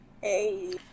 Hey